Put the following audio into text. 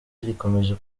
rikomeje